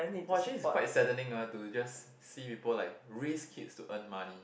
!wah! actually it's quite saddening ah to just see people like raise kids to earn money